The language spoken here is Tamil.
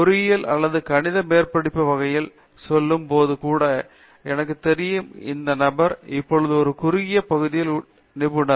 பொறியியல் அல்லது கணித மேற்படிப்பு வகையில் சொல்லும் போது கூட எனக்கு தெரியும் இந்த நபர் இப்போது ஒரு குறுகிய பகுதியில் நிபுணர்